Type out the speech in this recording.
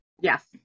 Yes